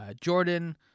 Jordan